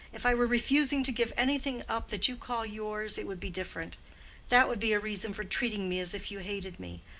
if i were refusing to give anything up that you call yours it would be different that would be a reason for treating me as if you hated me.